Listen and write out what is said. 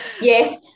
Yes